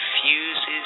fuses